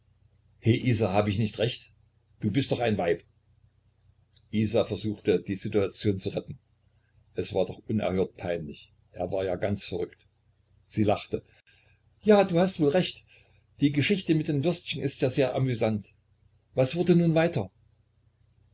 heh isa hab ich nicht recht du bist doch ein weib isa versuchte die situation zu retten es war doch unerhört peinlich er war ja ganz verrückt sie lachte ja du hast wohl recht die geschichte mit den würstchen ist ja sehr amüsant was wurde nun weiter